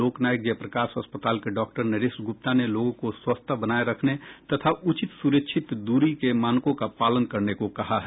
लोकनायक जयप्रकाश अस्पताल के डॉक्टर नरेश गुप्ता ने लोगों को स्वच्छता बनाए रखने तथा उचित सुरक्षित दूरी के मानकों का पालन करने को कहा है